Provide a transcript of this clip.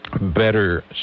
better